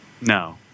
No